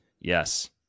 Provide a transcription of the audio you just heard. Yes